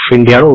India